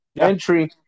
entry